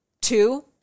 two